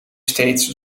steeds